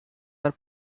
are